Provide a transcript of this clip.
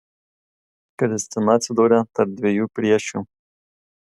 kristina atsidūrė tarp dviejų priešių